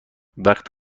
وقت